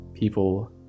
people